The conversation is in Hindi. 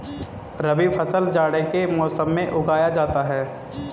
रबी फसल जाड़े के मौसम में उगाया जाता है